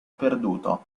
perduto